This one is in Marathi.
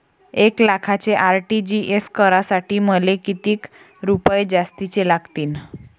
एक लाखाचे आर.टी.जी.एस करासाठी मले कितीक रुपये जास्तीचे लागतीनं?